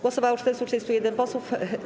Głosowało 431 posłów.